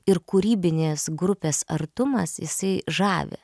ir kūrybinės grupės artumas jisai žavi